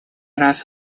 раз